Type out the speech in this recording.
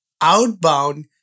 Outbound